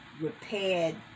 repaired